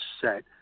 set